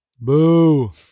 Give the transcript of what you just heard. Boo